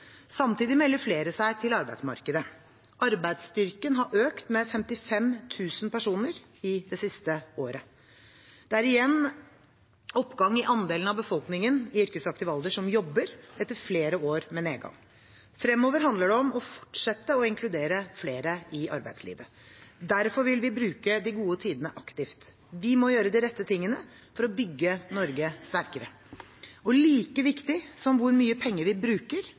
Samtidig melder flere seg til arbeidsmarkedet. Arbeidsstyrken har økt med 55 000 personer det siste året. Det er igjen oppgang i andelen av befolkningen i yrkesaktiv alder som jobber, etter flere år med nedgang. Fremover handler det om å fortsette å inkludere flere i arbeidslivet. Derfor vil vi bruke de gode tidene aktivt. Vi må gjøre de rette tingene for å bygge Norge sterkere. Og like viktig som hvor mye penger vi bruker,